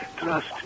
trust